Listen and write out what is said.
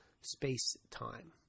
space-time